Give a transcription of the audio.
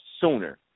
sooner